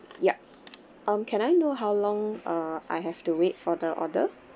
yup um can I know how long uh I have to wait for the order